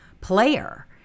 player